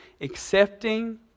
accepting